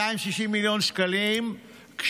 260 מיליון שקלים,